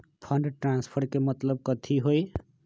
Fund transfer के मतलब कथी होई?